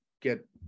get